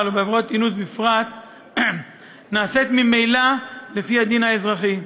ובעבירות אינוס בפרט נעשית ממילא לפי הדין האזרחי,